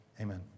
amen